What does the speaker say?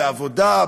בעבודה,